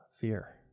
fear